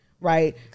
Right